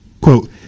quote